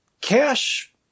Cash